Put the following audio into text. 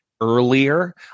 earlier